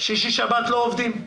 בשישי שבת לא עובדים,